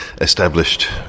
established